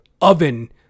oven